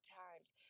times